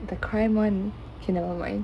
the crime one okay nevermind